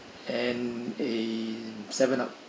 and a Seven Up